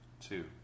two